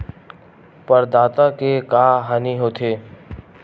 प्रदाता के का हानि हो थे?